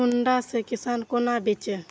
सुंडा से किसान कोना बचे?